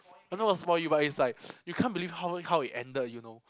I don't want to spoil you but it's like you can't believe how how it ended you know